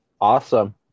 Awesome